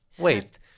Wait